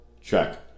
Check